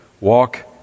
walk